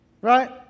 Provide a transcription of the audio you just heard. right